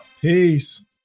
Peace